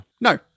No